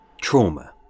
Trauma